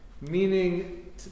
meaning